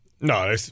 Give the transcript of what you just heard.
No